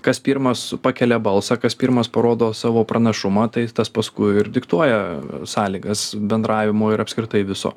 kas pirmas pakelia balsą kas pirmas parodo savo pranašumą tai tas paskui ir diktuoja sąlygas bendravimo ir apskritai viso